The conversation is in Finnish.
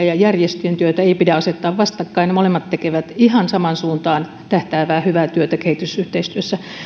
ja järjestöjen työtä ei pidä asettaa vastakkain ne molemmat tekevät ihan samaan suuntaan tähtäävää hyvää työtä kehitysyhteistyössä